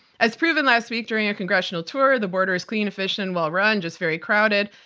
as proven last week during a congressional tour, the border is clean, efficient, and well-run, just very crowded.